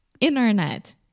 Internet